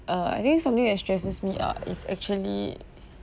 uh I think something that stresses me out is actually